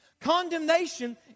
Condemnation